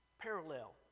parallel